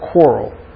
quarrel